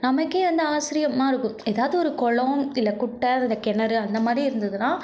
நமக்கே வந்து ஆச்சரியமா இருக்கும் ஏதாவது ஒரு குளம் இல்லை குட்டை இந்த கிணறு அந்த மாதிரி இருந்ததுன்னால்